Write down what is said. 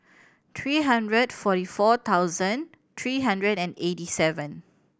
three hundred forty four thousand three hundred and eighty seven